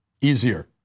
easier